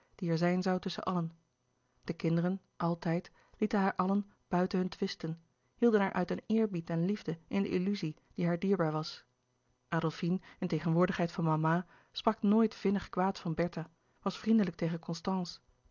die er zijn zoû tusschen allen de kinderen altijd lieten haar allen buiten hun twisten hielden haar uit een eerbied en liefde in de illuzie die haar dierbaar was adolfine in tegenwoordigheid van mama sprak nooit vinnig kwaad van bertha was vriendelijk tegen constance